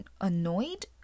annoyed